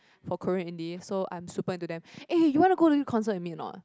for Korean indie so I'm super into them eh you want to go to concert with me or not